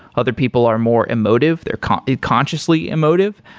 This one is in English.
other people are more emotive, they're consciously emotive.